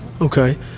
Okay